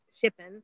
shipping